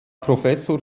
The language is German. professor